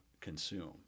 consume